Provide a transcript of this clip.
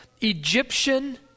Egyptian